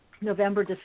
November